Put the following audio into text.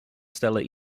stellar